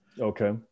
okay